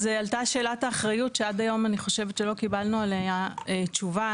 אז עלתה שאלת האחריות שעד היום אני חושבת שלא קיבלנו עליה תשובה.